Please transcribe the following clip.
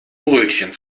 brötchen